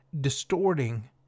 distorting